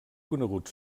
conegut